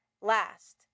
last